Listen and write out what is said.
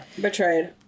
Betrayed